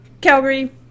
Calgary